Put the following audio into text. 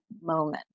moment